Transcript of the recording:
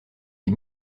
les